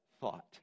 thought